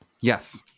Yes